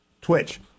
twitch